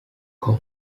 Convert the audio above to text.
com